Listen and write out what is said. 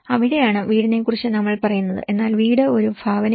അവിടെയാണ് വീടിനെ കുറിച്ച് നമ്മൾ പറയുന്നത് എന്നാൽ വീട് ഒരു ഭാവനയാണ്